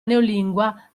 neolingua